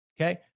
okay